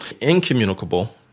Incommunicable